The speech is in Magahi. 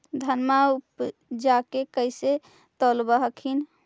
धनमा उपजाके कैसे तौलब हखिन?